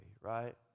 right